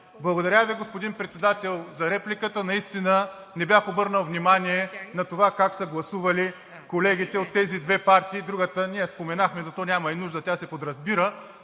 Благодаря Ви, господин Председател, за репликата. Наистина не бях обърнал внимание на това как са гласували колегите от тези две партия. Другата не я споменахме, защото то няма и нужда – тя се подразбира,